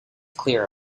clear